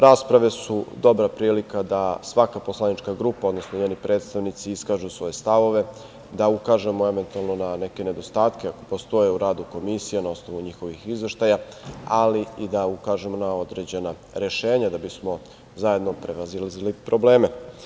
Rasprave su dobra prilika da svaka poslaničke grupa, odnosno njeni predstavnici iskažu svoje stavove, da ukažemo eventualno na neke nedostatke koji postoje u radu komisija na osnovu njihovih izveštaja, ali i da ukažemo na određena rešenja da bismo zajedno prevazilazili probleme.